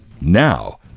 Now